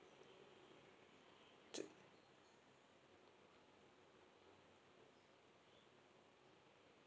to